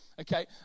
okay